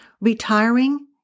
retiring